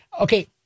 Okay